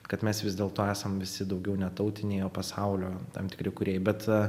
kad mes vis dėlto esam visi daugiau netautiniai o pasaulio tam tikri kūrėjai bet